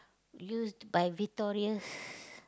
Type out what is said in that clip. used by Victoria's